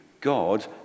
God